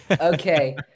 Okay